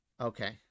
okay